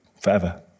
forever